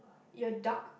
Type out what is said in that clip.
eat a duck